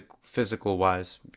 physical-wise